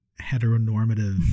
heteronormative